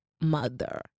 mother